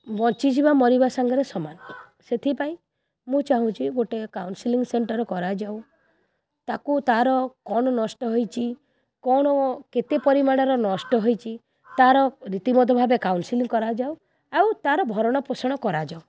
ବଞ୍ଚିଯିବା ମରିବା ସାଙ୍ଗରେ ସମାନ ସେଥିପାଇଁ ମୁଁ ଚାହୁଁଛି ଗୋଟିଏ କାଉନସିଲିଂ ସେଣ୍ଟର୍ କରାଯାଉ ତାକୁ ତାର କ'ଣ ନଷ୍ଟ ହୋଇଛି କ'ଣ କେତେ ପରିମାଣରେ ନଷ୍ଟ ହୋଇଛି ତା'ର ରୀତିମତ ଭାବେ କାଉନସିଲିଂ କରାଯାଉ ଆଉ ତା'ର ଭରଣ ପୋଷଣ କରାଯାଉ